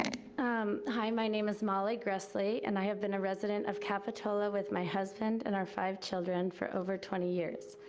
um hi, my name is molly gressley, and i have been a resident of capitola with my husband and our five children for over twenty years.